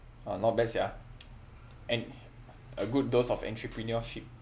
!wah! not bad sia and a good dose of entrepreneurship